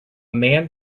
man